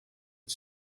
het